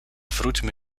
wróćmy